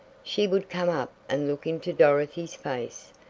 she would come up and look into dorothy's face,